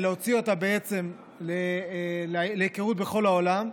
ולהוציא אותה בעצם להיכרות בכל העולם.